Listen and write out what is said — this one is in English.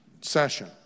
session